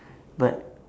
but